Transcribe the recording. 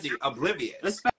oblivious